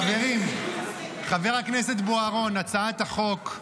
חברים, חבר הכנסת בוארון, הצעת החוק -- מצוינת.